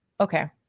okay